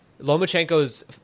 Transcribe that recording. Lomachenko's